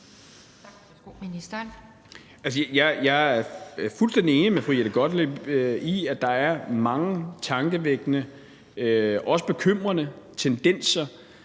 Jeg er fuldstændig enig med fru Jette Gottlieb i, at der er mange tankevækkende og også bekymrende tendenser,